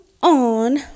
On